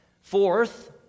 Fourth